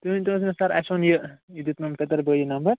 تُہۍ ؤنتو حظ مےٚ سَر اسہِ اوٚن یہِ یہِ دیٛت مےٚ پتٕرۍ بھٲے یہِ نمبر